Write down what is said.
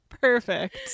Perfect